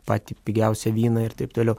patį pigiausią vyną ir taip toliau